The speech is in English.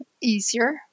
easier